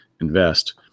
invest